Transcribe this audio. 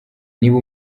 niba